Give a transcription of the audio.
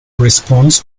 response